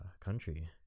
country